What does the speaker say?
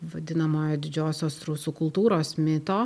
vadinamojo didžiosios rusų kultūros mito